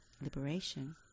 liberation